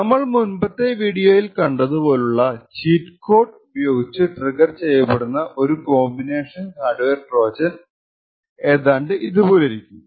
നമ്മൾ മുൻപത്തെ വിഡിയോയിൽ കണ്ടതു പോലുള്ള ചീറ്റ് കോഡ് ഉപയോഗച്ചു ട്രിഗർ ചെയ്യപ്പെടുന്ന ഒരു കോമ്പിനേഷണൽ ഹാർഡ്വെയർ ട്രോജൻ ഏതാണ്ട് ഇതുപോലിരിക്കും